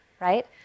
right